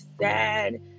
sad